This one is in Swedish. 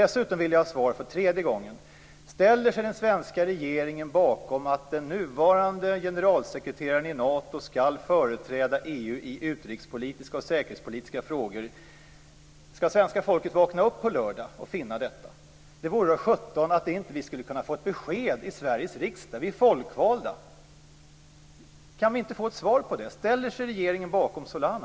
Dessutom vill jag för tredje gången ha ett svar på frågan: Ställer sig den svenska regeringen bakom att den nuvarande generalsekreteraren i Nato skall företräda EU i utrikespolitiska och säkerhetspolitiska frågor? Skall alltså svenska folket vakna upp på lördag och finna detta? Det vore väl sjutton om vi folkvalda inte skulle kunna få ett besked i Sveriges riksdag. Kan vi inte få ett svar? Ställer sig regeringen bakom Solana?